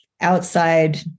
outside